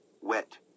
wet